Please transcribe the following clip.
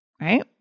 Right